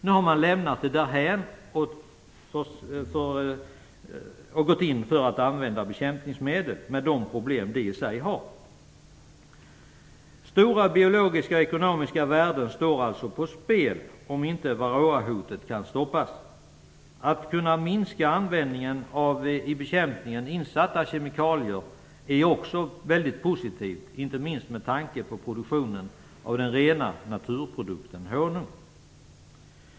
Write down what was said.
Nu har man lämnat det därhän och gått in för att använda bekämpningsmedel, med de problem det i sig har. Stora biologiska och ekonomiska värden står alltså på spel om inte varroahotet kan stoppas. Att kunna minska användningen av i bekämpningen insatta kemikalier är också mycket positivt, inte minst med tanke på produktionen av den rena naturprodukten honung.